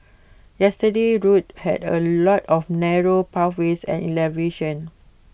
yesterday's route had A lot of narrow pathways and elevation